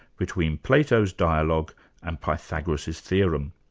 between plato's dialogue and pythagoras' theorem?